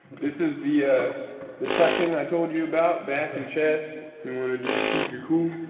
this is the ah the touching i told you about back and chest you want to just keep your cool.